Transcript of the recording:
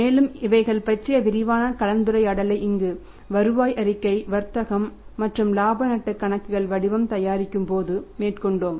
மேலும் இவைகளைப் பற்றிய விரிவான கலந்துரையாடலை இங்கு வருவாய் அறிக்கை வர்த்தகம் மற்றும் இலாப நட்டம் கணக்குகள் வடிவம் தயாரிக்கும்போது மேற்கொண்டோம்